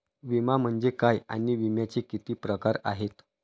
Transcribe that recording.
विमा म्हणजे काय आणि विम्याचे किती प्रकार आहेत?